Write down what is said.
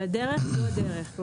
אבל הדרך, זו הדרך.